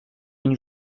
une